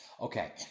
Okay